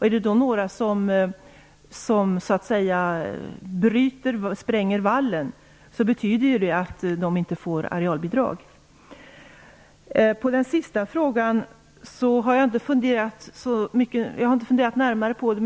Är det då några som spränger vallen, så betyder det att de inte får arealbidrag. Den sista frågan har jag inte funderat närmare över.